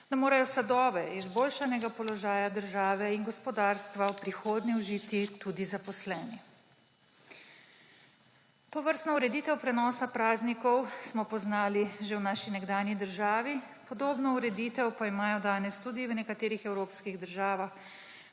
da morajo sadove izboljšanega položaja države in gospodarstva v prihodnje užiti tudi zaposleni. Tovrstno ureditev prenosa praznikov smo poznali že v naši nekdanji državi, podobno ureditev pa imajo danes tudi v nekaterih evropskih državah,